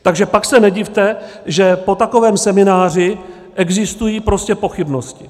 Takže pak se nedivte, že po takovém semináři existují prostě pochybnosti.